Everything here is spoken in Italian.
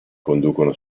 conducono